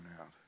out